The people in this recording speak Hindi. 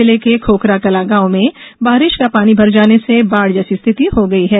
जिले के खोकराकला गांव में बारिश का पानी भर जाने से बाढ़ जैसी स्थिति हो गई है